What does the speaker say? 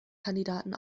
kandidaten